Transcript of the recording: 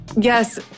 yes